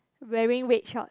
wearing red short